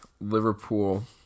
Liverpool